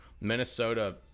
Minnesota